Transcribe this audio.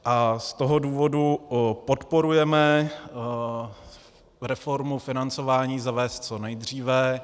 Z toho důvodu podporujeme reformu financování zavést co nejdříve.